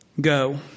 Go